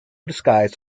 disguised